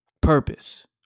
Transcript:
Purpose